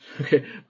okay